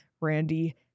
Randy